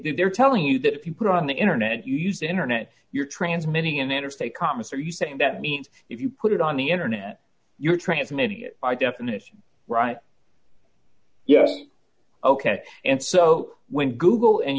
that they're telling you that if you put on the internet you use the internet you're transmitting in interstate commerce are you saying that means if you put it on the internet you're transmitting it by definition right yes ok and so when google and